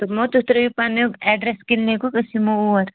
دوٚپمو تُہۍ ترٲیِو پَنُن ایٚڈرس کلنکُک أسۍ یِمو اور